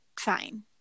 fine